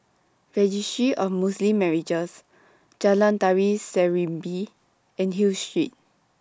Registry of Muslim Marriages Jalan Tari Serimpi and Hill Street